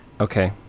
Okay